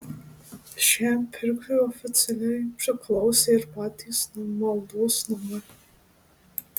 šiam pirkliui oficialiai priklausė ir patys maldos namai